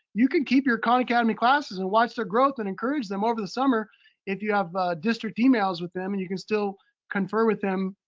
you can keep your khan academy classes and watch their growth and encourage them over the summer if you have district emails with them and you can still confer with them